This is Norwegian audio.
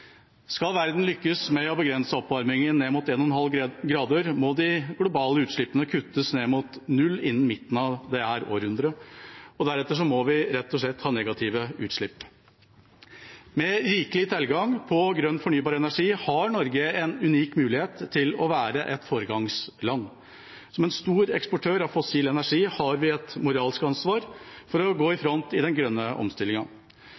Skal verden lykkes med å begrense oppvarmingen ned mot 1,5 grader, må de globale utslippene kuttes ned mot 0 innen midten av dette århundret. Deretter må vi rett og slett ha negative utslipp. Med rikelig tilgang på grønn fornybar energi har Norge en unik mulighet til å være et foregangsland. Som en stor eksportør av fossil energi har vi et moralsk ansvar for å gå i